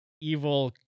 evil